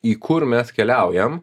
į kur mes keliaujam